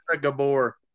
Gabor